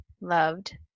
loved